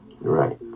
right